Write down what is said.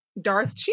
Darth